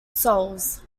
soles